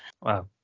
Wow